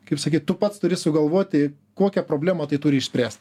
kaip sakyt tu pats turi sugalvoti kokią problemą tai turi išspręsti